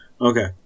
Okay